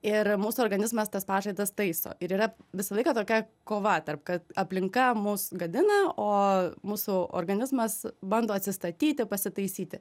ir mūsų organizmas tas pažaidas taiso ir yra visą laiką tokia kova tarp kad aplinka mus gadina o mūsų organizmas bando atsistatyti pasitaisyti